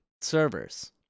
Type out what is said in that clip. servers